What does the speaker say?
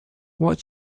what